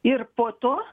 ir po to